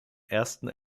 ersten